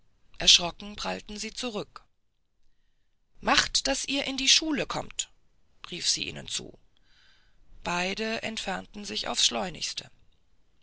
erschrocken prallten sie zurück macht daß ihr in die schule kommt rief sie ihnen zu beide entfernten sich aufs schleunigste